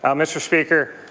um mr. speaker,